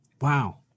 Wow